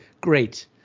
Great